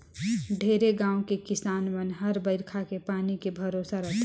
ढेरे गाँव के किसान मन हर बईरखा के पानी के भरोसा रथे